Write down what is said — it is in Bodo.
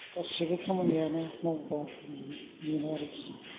गासैबो खामानिया मावबा मोनो आरो